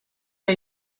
der